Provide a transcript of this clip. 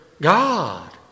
God